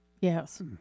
Yes